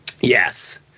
Yes